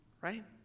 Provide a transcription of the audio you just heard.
Right